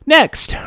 Next